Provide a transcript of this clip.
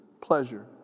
pleasure